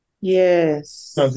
Yes